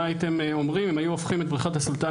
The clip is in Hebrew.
מה הייתם אומרים אם היו הופכים את בריכת הסולטן